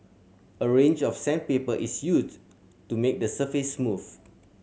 a range of sandpaper is used to make the surface smooth